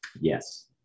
Yes